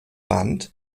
band